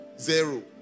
zero